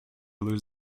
lose